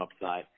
upside